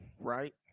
right